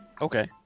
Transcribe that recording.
Okay